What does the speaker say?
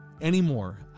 anymore